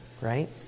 right